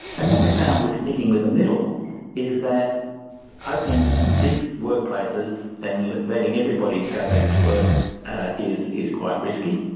and what we found with sticking with the middle is that opening big workplaces and letting everybody go back to work is is quite risky.